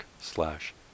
slash